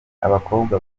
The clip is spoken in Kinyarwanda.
abakobwa